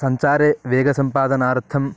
सञ्चारे वेगसम्पादनार्थं